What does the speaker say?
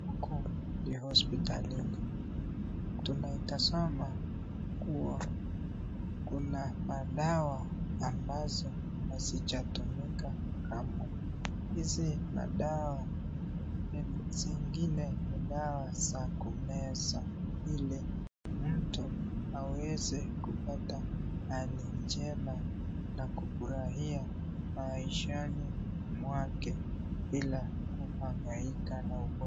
Huku ni hospitalini, tuna itazama kuwa kuna madawa ambazo hazija tumika kamwe. Hizi madawa zingine ni dawa za kumeza ili mtu aweze kupata hali njema na kukufurahia maishani mwake bila kuhangaika na ugonjwa.